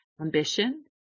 ambition